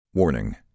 Warning